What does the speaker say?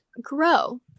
grow